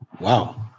Wow